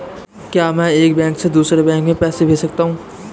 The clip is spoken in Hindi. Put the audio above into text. क्या मैं एक बैंक से दूसरे बैंक में पैसे भेज सकता हूँ?